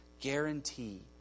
guarantee